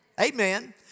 Amen